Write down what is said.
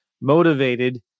Motivated